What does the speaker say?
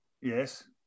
Yes